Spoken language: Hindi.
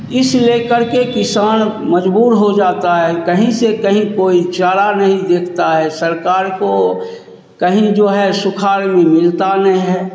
इस लेकर के किसान मजबूर हो जाता है कहीं से कहीं कोई चारा नहीं दिखता है सरकार को कहीं जो है सुखाड़ मिलता नहीं है